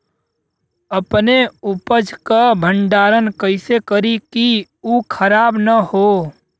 अपने उपज क भंडारन कइसे करीं कि उ खराब न हो?